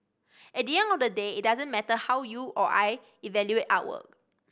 at the end of the day it doesn't matter how you or I evaluate artwork